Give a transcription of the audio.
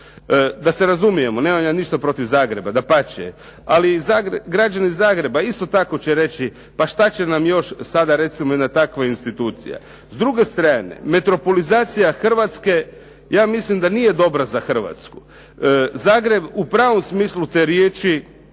Da se razumijemo. Nemam ja ništa protiv Zagreba, dapače. Ali i građani Zagreba isto tako će reći pa šta će nam još sada recimo jedna takva institucija. S druge strane, metropolizacija Hrvatske ja mislim da nije dobra za Hrvatsku. Zagreb u pravom smislu te riječi